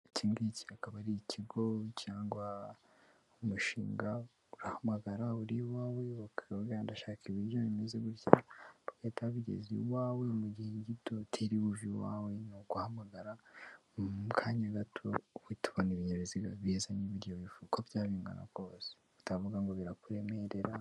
Iki ngiki akaba ari ikigo cyangwa umushinga urahamagara uri iwawe waka ndashaka ibiryo bimeze gutya uhita bigeze iwawe mu gihe gito teri wuje iwawe ni uguhamagara mu kanya gato wi tubona ibinyabiziga bizaz n'ibiryo bivugagwa bya bingana utavuga ngo birakuremerera.